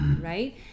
right